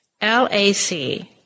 L-A-C